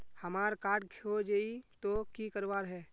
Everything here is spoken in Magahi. हमार कार्ड खोजेई तो की करवार है?